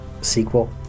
sequel